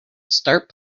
start